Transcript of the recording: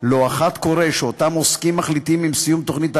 לא אחת קורה שאותם עוסקים מחליטים על סיום תוכנית ההטבות,